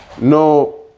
no